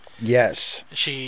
Yes